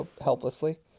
helplessly